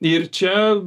ir čia